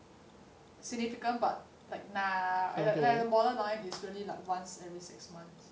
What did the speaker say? significant but like nah like like the borderline is really like once every six months